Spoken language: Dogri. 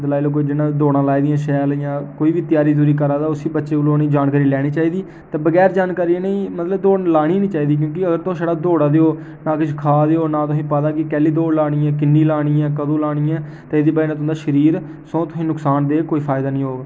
लाई लेऔ कोई जि'नें दौड़ा लाई दियां शैल इ'यां कोई बी त्यारी त्यूरी करा दा उस बच्चे कोला जानकारी लैनी चाहिदी ते बगैर जानकारी इ'नें ई दौड़ लानी निं चाहिदी ही क्योंकि अगर तुस छड़ा दौड़ा दे ओ ना किश खा देयो ना तोहें किश पता कैह्ली दौड़ लानी ऐ कि'न्नी लानी ऐ कदूं लानी ऐ ते एह्दी बजह् कन्नै तुं'दा शरीर सौ तोहें ई नुक्सान देग कोई फायदा निं होग